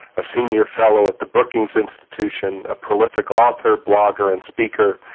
a senior fellow at the brookings institution, a prolific author, blogger, and speaker,